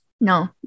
no